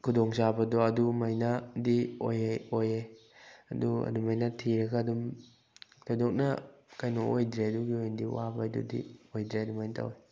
ꯈꯨꯗꯣꯡ ꯆꯥꯕꯗꯨ ꯑꯗꯨꯃꯥꯏꯅꯗꯤ ꯑꯣꯏꯑꯦ ꯑꯗꯨ ꯑꯗꯨꯃꯥꯏꯅ ꯊꯤꯔꯒ ꯑꯗꯨꯝ ꯊꯣꯏꯗꯣꯛꯅ ꯀꯩꯅꯣ ꯑꯣꯏꯗ꯭ꯔꯦ ꯑꯗꯨꯒꯤ ꯑꯣꯏꯅꯗꯤ ꯋꯥꯕ ꯍꯥꯏꯗꯨꯗꯤ ꯑꯣꯏꯗ꯭ꯔꯦ ꯑꯗꯨꯃꯥꯏꯅ ꯇꯧꯑꯦ